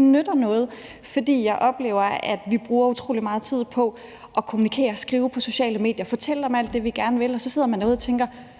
nytter noget. For jeg oplever, at vi bruger utrolig meget tid på at kommunikere, skrive på sociale medier og fortælle om alt det, vi gerne vil, og at så sidder man derude og tænker: